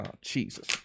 Jesus